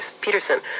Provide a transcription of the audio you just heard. Peterson